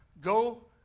go